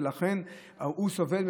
ולכן הוא סובל,